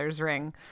ring